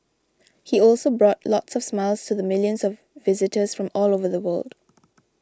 he also brought lots of smiles to the millions of visitors from all over the world